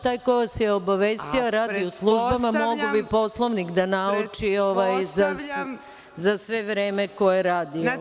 Taj ko vas je obavestio, radi u službama, mogao bi Poslovnik da nauči za sve vreme koje radi